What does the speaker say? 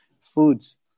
foods